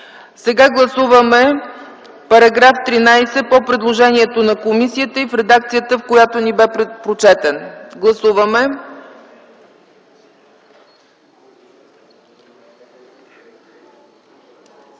Сега гласуваме § 13 по предложението на комисията и в редакцията, в която ни бе прочетен. Гласуваме!